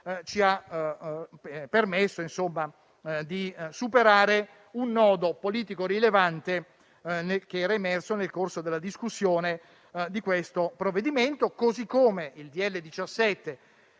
ci ha permesso di superare un nodo politico rilevante, che era emerso nel corso della discussione di questo provvedimento. Il decreto-legge